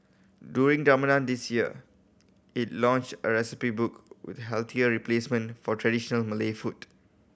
during Ramadan this year it launched a recipe book with healthier replacement for traditional Malay food